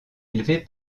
élevée